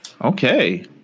okay